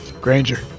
Granger